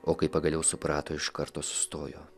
o kai pagaliau suprato iš karto sustojo